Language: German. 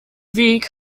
weg